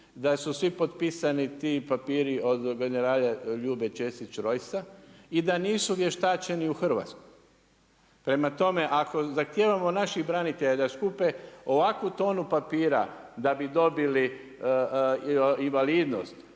da su svi potpisani ti papiri od generala Ljube Ćesić Rojsa i da nisu vještačeni u Hrvatskoj. Prema tome, ako zahtijevamo naših branitelja da skupe ovakvu tonu papira da bi dobili invalidnost